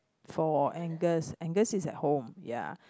for Angus Angus is at home ya